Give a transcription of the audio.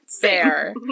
Fair